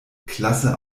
klasse